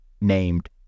named